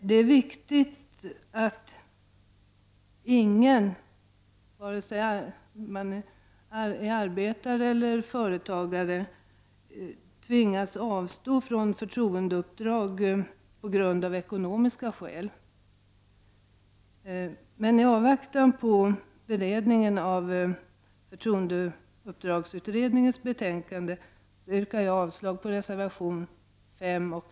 Det är viktigt att ingen, vare sig det är en arbetare eller en företagare, tvingas avstå från förtroendeuppdrag av ekonomiska skäl. I avvaktan på beredningen av förtroendeuppdragsutredningens betänkande yrkar jag avslag på reservation 5.